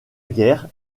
guerre